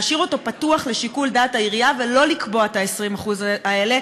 להשאיר אותו פתוח לשיקול הדעת של העירייה ולא לקבוע את ה-20% האלה.